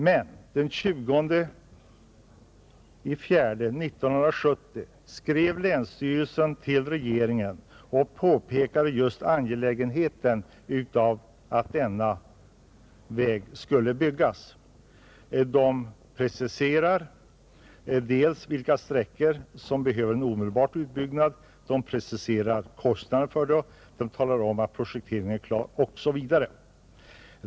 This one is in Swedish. Men den 20 april 1970 skrev länsstyrelsen till regeringen och påpekade angelägenheten av att denna väg byggdes, Den preciserade dels vilka sträckor som omedelbart behövde byggas ut, dels kostnaderna härför. Den talade om att projekteringen var klar osv.